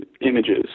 images